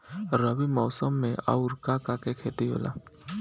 रबी मौसम में आऊर का का के खेती होला?